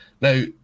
Now